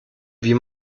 wie